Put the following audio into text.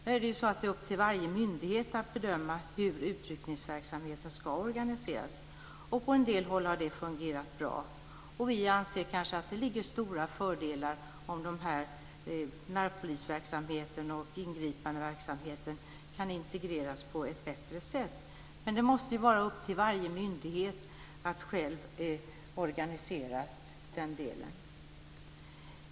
Nu är det så att det är upp till varje myndighet att bedöma hur utryckningsverksamheten ska organiseras. På en del håll har det fungerat bra. Vi anser att det finns stora fördelar med att närpolisverksamheten och ingripandeverksamheten kan integreras på ett bättre sätt, men det måste vara upp till varje myndighet att själv organisera den delen.